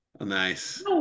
Nice